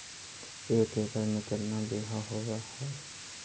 एक एकड़ में केतना बिघा होब हइ?